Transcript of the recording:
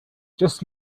just